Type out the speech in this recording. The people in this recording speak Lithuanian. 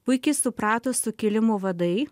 puikiai suprato sukilimų vadai